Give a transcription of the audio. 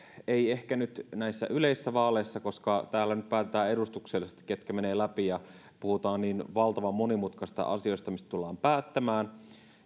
ei ehkä nyt näissä yleisissä vaaleissa koska täällä nyt päätetään edustuksellisesti ketkä menevät läpi ja puhutaan niin valtavan monimutkaisista asioista mistä tullaan päättämään